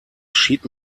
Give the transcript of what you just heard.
schied